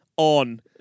On